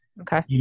Okay